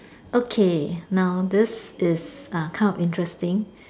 okay now this is uh kind of interesting